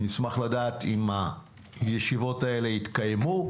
אני אשמח לדעת אם הישיבות האלה התקיימו.